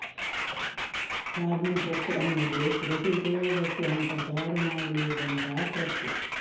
form truck ಅನ್ನುದು ಕೃಷಿ ಉಪಯೋಗಕ್ಕೆ ಅಂತ ತಯಾರು ಮಾಡಿದಂತ ಟ್ರಕ್